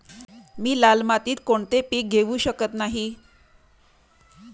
मी लाल मातीत कोणते पीक घेवू शकत नाही?